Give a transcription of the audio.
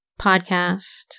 podcast